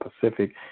Pacific